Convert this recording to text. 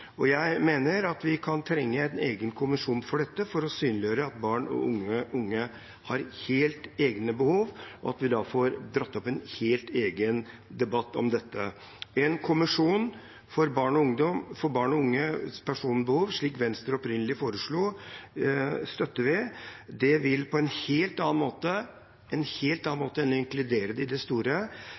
personverndebatten. Jeg mener vi kan trenge en egen kommisjon for dette for å synliggjøre at barn og unge har helt egne behov, og for at vi skal få dratt opp en helt egen debatt om dette. En kommisjon for barn og unges personvernbehov, slik Venstre opprinnelig foreslo, støtter vi. Det vil på en helt annen måte enn å inkludere dette i det store